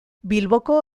bilboko